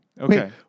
Okay